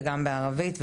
ערבית,